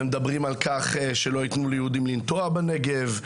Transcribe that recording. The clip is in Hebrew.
ומדברים על כך שלא יתנו ליהודים לנטוע בנגב,